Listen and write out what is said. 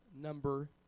number